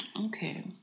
Okay